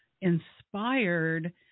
inspired